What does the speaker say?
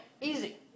Easy